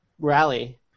Rally